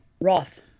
Roth